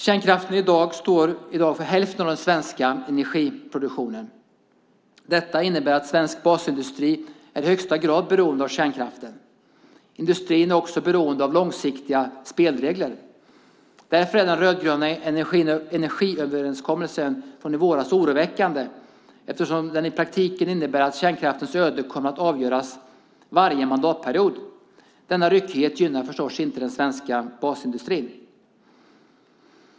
Kärnkraften står i dag för hälften av den svenska energiproduktionen. Detta innebär att svensk basindustri i högsta grad är beroende av kärnkraften. Industrin är också beroende av långsiktiga spelregler. Därför är den rödgröna energiöverenskommelsen från i våras oroväckande eftersom den i praktiken innebär att kärnkraftens öde kommer att avgöras varje mandatperiod. Denna ryckighet gynnar förstås inte den svenska basindustrin.